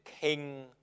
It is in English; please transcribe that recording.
king